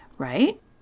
right